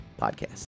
Podcast